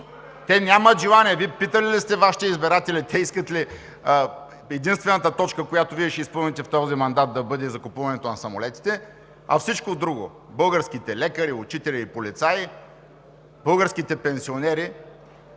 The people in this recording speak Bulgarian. Те нямат желание. Вие питали ли сте Вашите избиратели искат ли единствената точка, която Вие ще изпълните в този мандат, да бъде закупуването на самолетите, а всичко друго: българските лекари, учители и полицаи, българските пенсионери